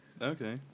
Okay